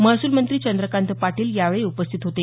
महसूल मंत्री चंद्रकांत पाटील यावेळी उपस्थित होते